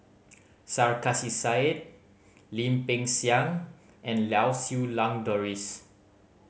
Sarkasi Said Lim Peng Siang and Lau Siew Lang Doris